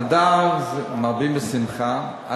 מרבים בשמחה.